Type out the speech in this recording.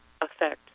effect